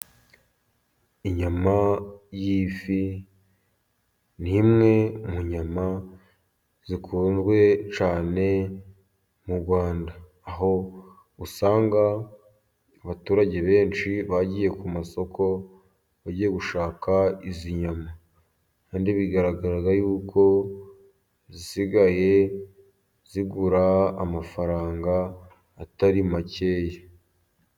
Inyama y'ifi, ni imwe mu nyama zikunzwe cyane mu Rwanda, aho usanga abaturage benshi bagiye ku masoko, bagiye gushaka izi nyama kandi bigaragara yuko zisigaye zigura amafaranga atari makeya.